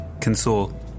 console